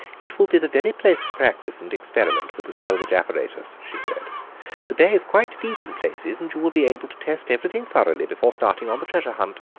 it will be the very place to practise and experiment with the salvage apparatus, she said the bay is quite deep in places, and you will be able to test everything thoroughly before starting on the treasure hunt.